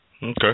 Okay